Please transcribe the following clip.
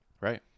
right